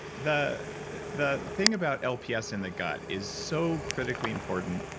the the thing about lps in the gut is so critically important.